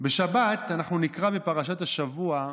בשבת אנחנו נקרא בפרשת השבוע,